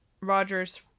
rogers